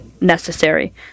necessary